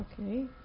Okay